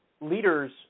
leaders